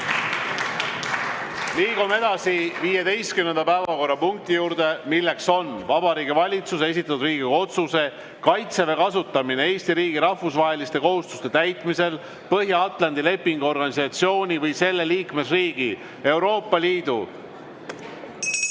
Liigume 15. päevakorrapunkti juurde: Vabariigi Valitsuse esitatud Riigikogu otsuse "Kaitseväe kasutamine Eesti riigi rahvusvaheliste kohustuste täitmisel Põhja-Atlandi Lepingu Organisatsiooni või selle liikmesriigi, Euroopa Liidu